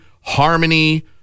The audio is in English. harmony